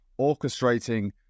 orchestrating